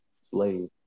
Slave